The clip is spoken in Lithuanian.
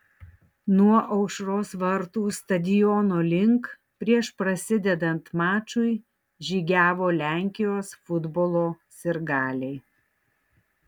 nuo aušros vartų stadiono link prieš prasidedant mačui žygiavo lenkijos futbolo sirgaliai